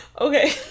Okay